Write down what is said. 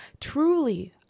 Truly